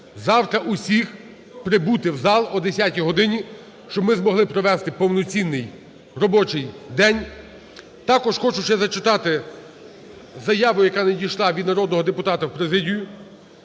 завтра всіх прибути в зал о 10 годині, щоб ми змогли провести повноцінний робочий день. Також хочу ще зачитати заяву, яка надійшла від народного депутата у президію,